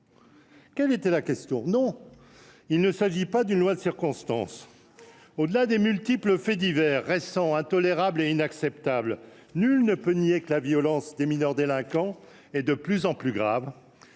quelle était la question ?» Non, il ne s’agit pas d’une loi de circonstance. Ah bon ? Au delà des multiples faits divers récents, intolérables et inacceptables, nul ne peut nier que la violence des mineurs délinquants est de plus en plus grave,